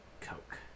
Coke